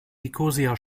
nikosia